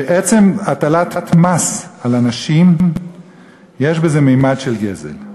שעצם הטלת מס על אנשים יש בה ממד של גזל.